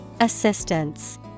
Assistance